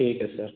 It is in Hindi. ठीक है सर